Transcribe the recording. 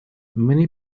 many